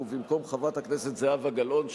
ובמקום חברת הכנסת זהבה גלאון,